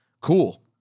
cool